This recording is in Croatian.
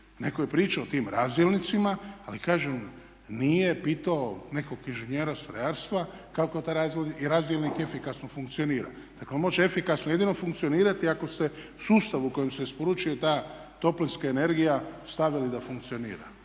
Netko je pričao o tim razdjelnicima. Ali kažem nije pitao nekog inženjera strojarstva kako taj razdjelnik efikasno funkcionira. Dakle, on može efikasno jedino funkcionirati jedino ako se sustav u kojem se isporučuje ta toplinska energija stavili da funkcionira.